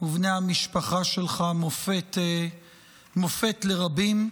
המשפחה שלך מופת לרבים.